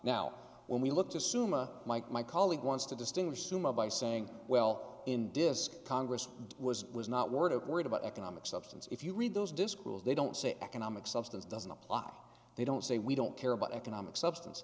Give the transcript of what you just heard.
now when we look to summa mike my colleague wants to distinguish summa by saying well in disc congress was was not word of word about economic substance if you read those disc rules they don't say economic substance doesn't apply they don't say we don't care about economic substance